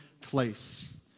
place